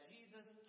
Jesus